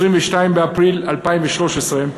22 באפריל 2013,